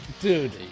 Dude